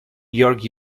york